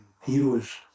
heroes